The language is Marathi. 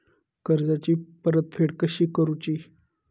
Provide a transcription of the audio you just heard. कर्जाची परतफेड कशी करुची?